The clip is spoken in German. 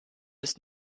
ist